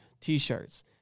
T-shirts